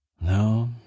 No